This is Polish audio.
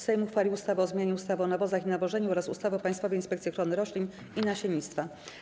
Sejm uchwalił ustawę o zmianie ustawy o nawozach i nawożeniu oraz ustawy o Państwowej Inspekcji Ochrony Roślin i Nasiennictwa.